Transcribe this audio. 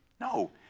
No